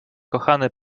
kochany